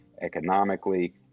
economically